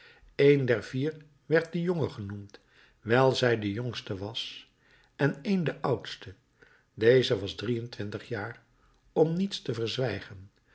een der vier werd de jonge genoemd wijl zij de jongste was en een de oudste deze was drie-en-twintig jaar om niets te verzwijgen de